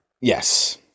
Yes